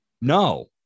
no